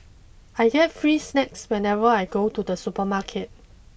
I get free snacks whenever I go to the supermarket